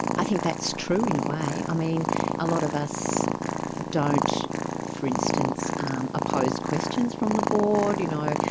i think that's true, in a way. i mean a lot of us don't for instance um oppose questions from the board, you know,